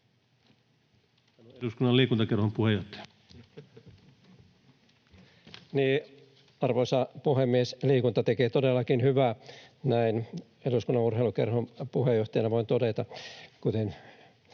suljettuna] Liikunta tekee hyvää. Arvoisa puhemies! Liikunta tekee todellakin hyvää. Näin Eduskunnan urheilukerhon puheenjohtajana voin todeta,